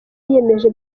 yiyemeje